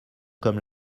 comme